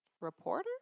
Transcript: reporter